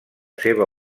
seva